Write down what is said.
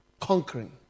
Conquering